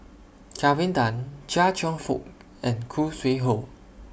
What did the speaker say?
Kelvin Tan Chia Cheong Fook and Khoo Sui Hoe